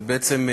ובעצם,